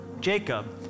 Jacob